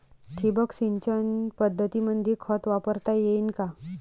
ठिबक सिंचन पद्धतीमंदी खत वापरता येईन का?